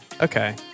Okay